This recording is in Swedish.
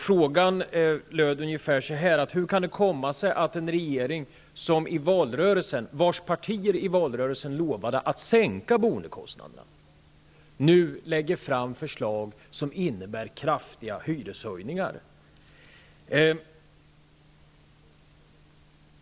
Frågan löd: Hur kan det komma sig att en regering, vars partier i valrörelsen lovade att sänka boendekostnadena, nu lägger fram förslag som innebär kraftiga hyreshöjningar?